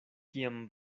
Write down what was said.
kiam